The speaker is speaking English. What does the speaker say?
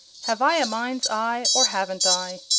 have i a mind's eye, or haven't i?